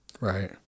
Right